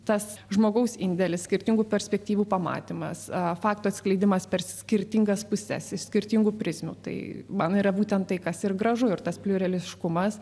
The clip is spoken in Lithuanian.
tas žmogaus indėlis skirtingų perspektyvų pamatymas fakto atskleidimas per skirtingas puses iš skirtingų prizmių tai man yra būtent tai kas ir gražu ir tas pliureliškumas